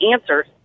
answers